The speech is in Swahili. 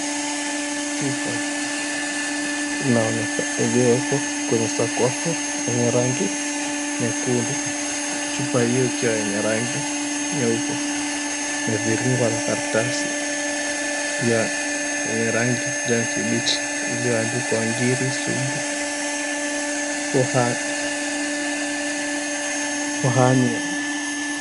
Chupa iliyowekwa kwenye sakafu yenye rangi nyekundu, chupa hiyo ikiwa yenye rangi nyeupe imeviringwa na karatasi ya rangi ya kijani kibichi iliyoandikwa, Ngiri Sugu, for Hernia.